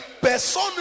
personne